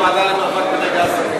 לוועדה למאבק בנגע הסמים.